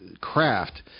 Craft